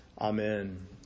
Amen